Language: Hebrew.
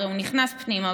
הרי הוא נכנס פנימה,